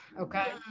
okay